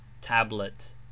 Tablet